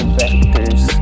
vectors